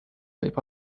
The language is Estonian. võib